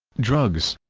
drugs